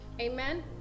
amen